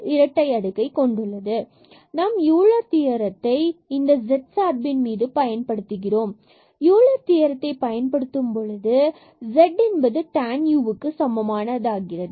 இரட்டை அடுக்கு கொண்டுள்ளது பின்பு நாம் யூலர் தியரத்தைEuler's theorem இந்த z சார்பின் மீது பயன்படுத்துகிறோம் எனவே யூலர் தியரத்தை Euler's theroem பயன்படுத்தும் பொழுது z என்பது tan uக்கு சமமாகிறது